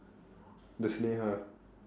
ah